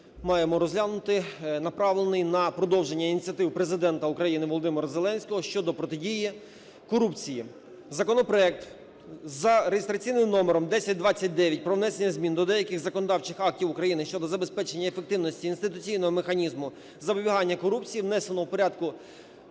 маємо розглянути, направлений на продовження ініціатив Президента України Володимира Зеленського щодо протидії корупції. Законопроект за реєстраційним номером 1029 про внесення змін до деяких законодавчих актів України щодо забезпечення ефективності інституційного механізму запобігання корупції, внесеного в порядку